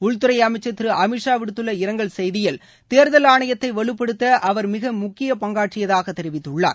உள்துறை அமைச்சர் திரு அமித் ஷா விடுத்துள்ள இரங்கல் செய்தியில் தேர்தல் ஆணையத்தை வலுப்படுத்த அவர் மிக முக்கிய பங்காற்றியதாக தெரிவித்துள்ளார்